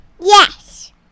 Yes